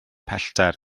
pellter